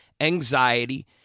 anxiety